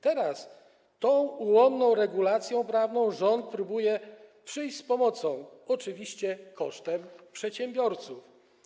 Teraz tą ułomną regulacją prawną rząd próbuje przyjść z pomocą, oczywiście kosztem przedsiębiorców.